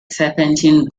serpentine